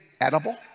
edible